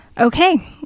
okay